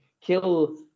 kill